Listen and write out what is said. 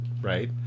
right